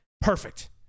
Perfect